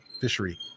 fishery